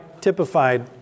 typified